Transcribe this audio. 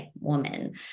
woman